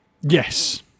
Yes